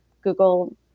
Google